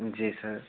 जी sir